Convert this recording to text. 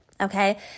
Okay